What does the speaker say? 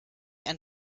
ein